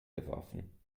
geworfen